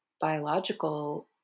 biological